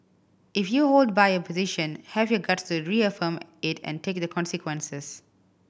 if you hold by your position have your guts to reaffirm it and take the consequences